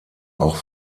auch